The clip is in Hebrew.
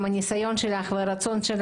עם הניסיון שלך והרצון,